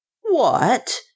What